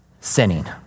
sinning